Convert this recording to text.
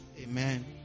Amen